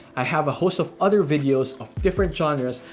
i have a host of other videos, of different genres,